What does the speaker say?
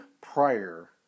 prior